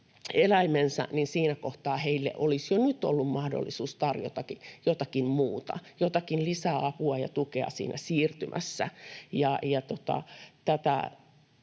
eläimensä, niin heille olisi jo nyt ollut mahdollisuus tarjota jotakin muuta, jotakin lisäapua ja tukea siinä siirtymässä.